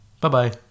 Bye-bye